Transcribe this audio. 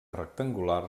rectangular